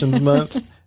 Month